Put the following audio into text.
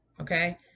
okay